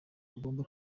ugomba